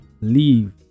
Leave